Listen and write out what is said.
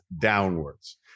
downwards